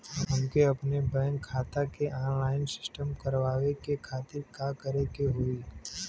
हमके अपने बैंक खाता के ऑनलाइन सिस्टम करवावे के खातिर का करे के होई?